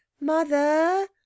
Mother